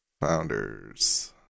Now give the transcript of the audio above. Founders